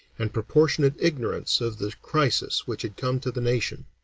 and proportionate ignorance of the crisis which had come to the nation.